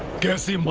gets the